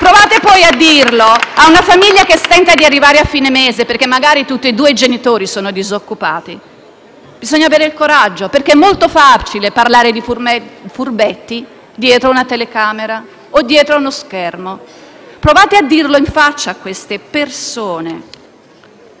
Provate a dirlo poi a una famiglia che stenta ad arrivare a fine mese perché magari tutti e due i genitori sono disoccupati. Bisogna avere il coraggio, perché è molto facile parlare di furbetti dietro una telecamera o dietro uno schermo. Provate a dirlo in faccia a queste persone